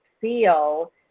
feel